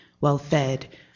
well-fed